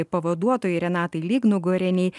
pavaduotojai renatai lygnugarienei